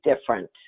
different